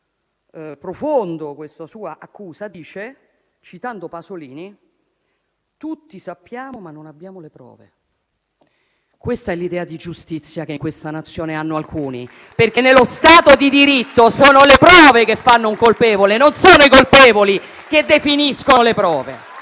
profonda la sua accusa dice, citando Pasolini, che tutti sappiamo ma non abbiamo le prove. Questa è l'idea di giustizia che in questa Nazione hanno alcuni, perché nello Stato di diritto sono le prove che fanno un colpevole, non sono i colpevoli che definiscono le prove.